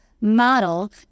Model